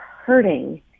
hurting